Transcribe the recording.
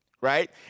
right